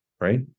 right